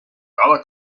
cada